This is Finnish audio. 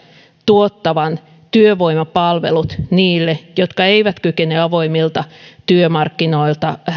tuottavan työvoimapalvelut niille jotka eivät kykene avoimilta työmarkkinoilta